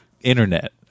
Internet